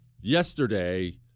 yesterday